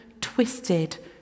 twisted